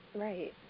Right